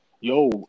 yo